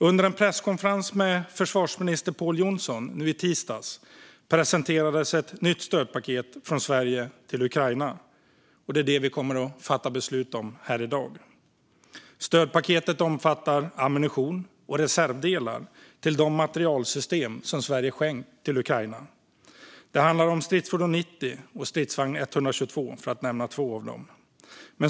Under en presskonferens med försvarsminister Pål Jonson i tisdags presenterades ett nytt stödpaket från Sverige till Ukraina, och det är det vi kommer att fatta beslut om här i dag. Stödpaketet omfattar ammunition och reservdelar till de materielsystem som Sverige skänkt till Ukraina. Det handlar om Stridsfordon 90 och Stridsvagn 122, för att nämna två av dem.